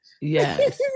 Yes